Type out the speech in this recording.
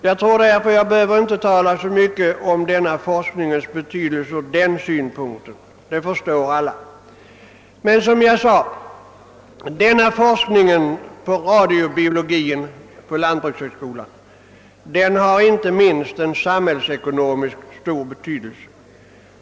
Jag tror inte att jag ur den synpunkten behöver tala så mycket om denna forsknings betydelse — den förstår alla. Som jag sade har denna forskning vid radiobiologiska institutionen på lantbrukshögskolan inte minst stor samhällsekonomisk betydelse.